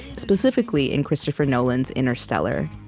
specifically in christopher nolan's interstellar.